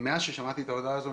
מאז ששמעתי את ההודעה הזאת,